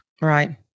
Right